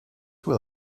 will